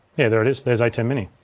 yeah there it is, there's atem mini.